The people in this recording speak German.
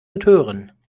betören